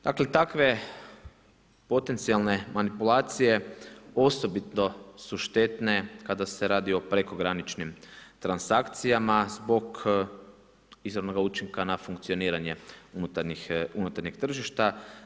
Dakle takve potencijalne manipulacije osobito su štetne kada se radi o prekograničnim transakcijama zbog izravnoga učinka na funkcioniranje unutarnjeg tržišta.